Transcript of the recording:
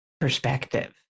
perspective